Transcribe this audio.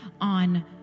on